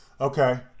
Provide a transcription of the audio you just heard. Okay